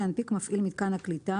ינפיק מפעיל מיתקן הקליטה,